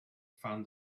found